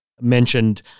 mentioned